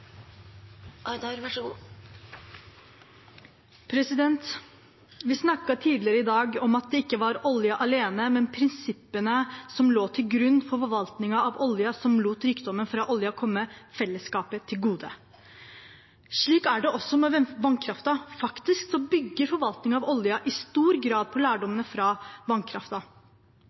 Vi snakket tidligere i dag om at det ikke var oljen alene, men prinsippene som lå til grunn for forvaltningen av olje, som lot rikdommen fra oljen komme fellesskapet til gode. Slik er det også med vannkraften. Faktisk bygger forvaltningen av oljen i stor grad på lærdommene fra